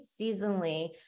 seasonally